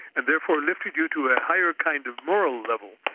and therefore lifted you to a higher kind of moral level.